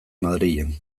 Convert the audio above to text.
madrilen